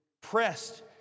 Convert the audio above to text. pressed